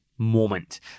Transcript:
moment